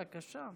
בבקשה,